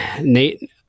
Nate